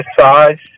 size